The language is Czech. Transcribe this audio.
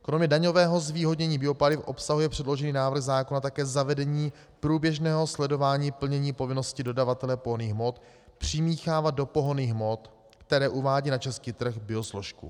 Kromě daňového zvýhodnění biopaliv obsahuje předložený návrh zákona také zavedení průběžného sledování plnění povinnosti dodavatele pohonných hmot přimíchávat do pohonných hmot, které uvádí na český trh, biosložku.